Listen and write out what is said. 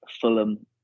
Fulham